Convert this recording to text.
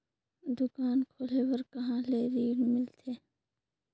दुकान खोले बार कहा ले ऋण मिलथे?